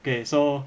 okay so